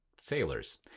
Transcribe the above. sailors